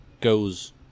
goes